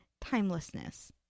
timelessness